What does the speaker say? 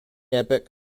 epoch